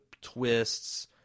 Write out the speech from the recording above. twists